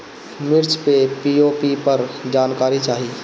मिर्च मे पी.ओ.पी पर जानकारी चाही?